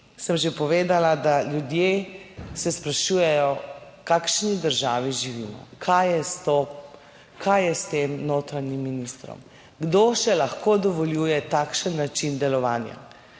sem že povedala, da ljudje se sprašujejo v kakšni državi živimo? Kaj je s to, kaj je s tem notranjim ministrom? Kdo še lahko dovoljuje takšen način delovanja?